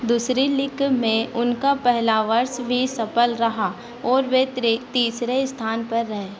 दूसरी लीग में उनका पहला वर्ष भी सफल रहा और वे तृ तीसरे स्थान पर रहे